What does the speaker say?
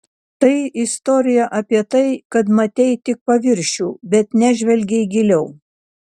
tai istorija apie tai kad matei tik paviršių bet nežvelgei giliau